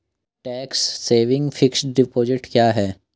Tax saving fixed deposit क्या है?